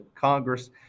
Congress